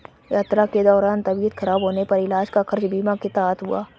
यात्रा के दौरान तबियत खराब होने पर इलाज का खर्च बीमा के तहत हुआ